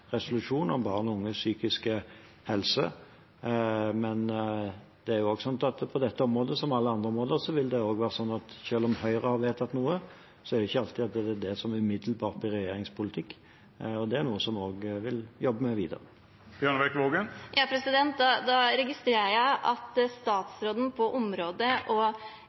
resolusjon om barn og unges psykiske helse. Men på dette området som på alle andre områder vil det også være sånn at selv om Høyre har vedtatt noe, er det ikke alltid det som umiddelbart blir regjeringens politikk. Det er noe som vi også vil jobbe med videre. Jeg registrerer at statsråden og regjeringens største og ledende parti har vedtatt politikk på området,